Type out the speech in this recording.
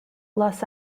los